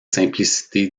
simplicité